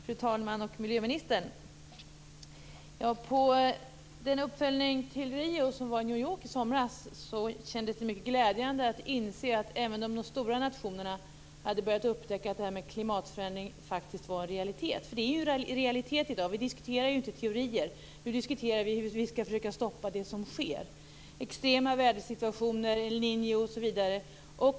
Fru talman och miljöministern! På den uppföljning till Riomötet som ägde rum i New York i somras var det mycket glädjande att inse att även de stora nationerna hade börjat upptäcka att detta med klimatförändring faktiskt är en realitet, för det är ju realitet i dag. Vi diskuterar ju inte teorier utan hur vi kan stoppa det som sker, extrema vädersituationer osv.